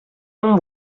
non